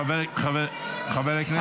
חבר הכנסת,